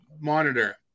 monitor